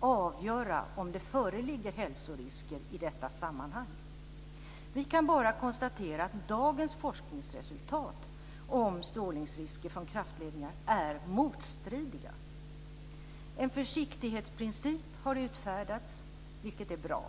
avgöra om det föreligger hälsorisker i detta sammanhang. Vi kan bara konstatera att dagens forskningsresultat om strålningsrisker från kraftledningar är motstridiga. En försiktighetsprincip har utfärdats, vilket är bra.